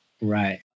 Right